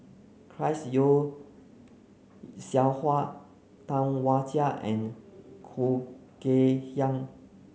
Chris Yeo Siew Hua Tam Wai Jia and Khoo Kay Hian